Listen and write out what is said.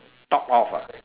thought off ah